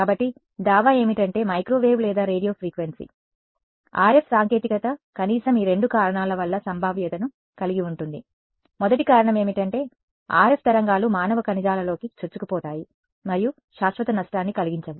కాబట్టి దావా ఏమిటంటే మైక్రోవేవ్ లేదా రేడియో ఫ్రీక్వెన్సీ RF సాంకేతికత కనీసం ఈ రెండు కారణాల వల్ల సంభావ్యతను కలిగి ఉంటుంది మొదటి కారణం ఏమిటంటే RF తరంగాలు మానవ కణజాలాలలోకి చొచ్చుకుపోతాయి మరియు శాశ్వత నష్టాన్ని కలిగించవు